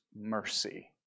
mercy